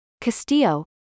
Castillo